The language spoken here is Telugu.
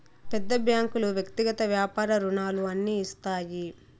పెద్ద బ్యాంకులు వ్యక్తిగత వ్యాపార రుణాలు అన్ని ఇస్తాయి